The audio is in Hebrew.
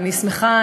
אני שמחה,